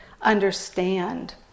understand